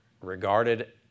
regarded